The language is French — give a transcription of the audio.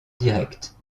direct